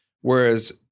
Whereas